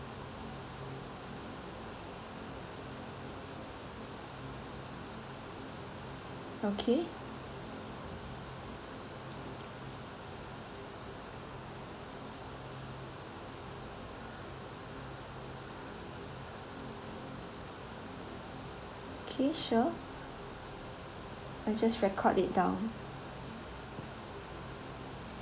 okay okay sure I just record it down